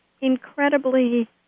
incredibly